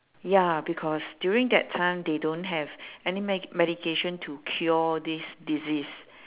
ya because during that time they don't have any med~ medication to cure this disease